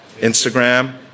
Instagram